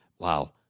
wow